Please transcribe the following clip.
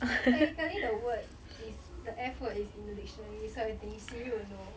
technically the word is the F word is in the dictionary so I think siri will know